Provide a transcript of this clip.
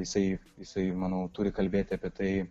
jisai jisai manau turi kalbėti apie tai